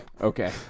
Okay